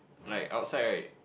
like outside right